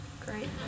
Great